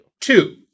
Two